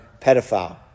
pedophile